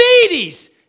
Diabetes